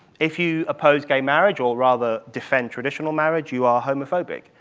if you oppose gay marriage, or rather defend traditional marriage, you are homophobic,